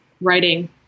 writing